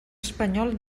espanyol